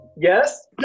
Yes